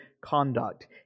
conduct